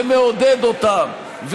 ומעודד אותם,